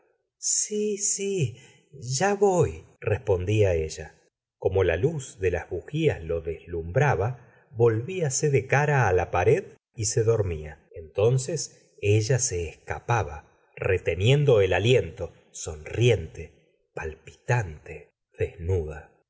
sí si ya voyrespondía ella como la luz de las bujías lo deslumbraba volvíase de cara la pared y se dormía entonces ella se escapaba reteniendo el aliento sonriente palpitante desnuda